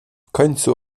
końcu